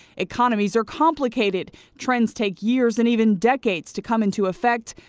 economies are complicated. trends take years and even decades to come into effect.